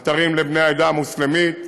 האתרים לבני העדה המוסלמית,